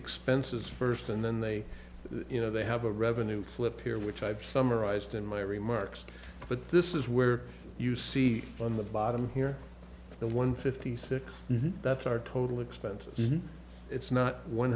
expenses first and then they you know they have a revenue flip here which i've summarized in my remarks but this is where you see on the bottom here the one fifty six that's our total expenses it's not one